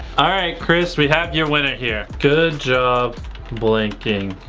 all right chris we have your winner here. good job blinking.